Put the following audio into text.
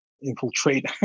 infiltrate